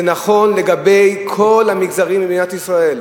זה נכון לגבי כל המגזרים במדינת ישראל.